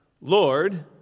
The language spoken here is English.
Lord